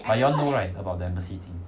but you all know right about the embassy thing